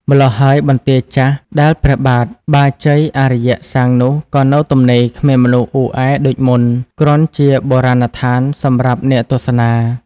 ម្ល៉ោះហើយបន្ទាយចាស់ដែល ព្រះបាទបាជ័យបាអារ្យ សាងនោះ ក៏នៅទំនេរគ្មានមនុស្សអ៊ូអែដូចមុន គ្រាន់ជាបុរាណដ្ឋានសម្រាប់អ្នកទស្សនា ។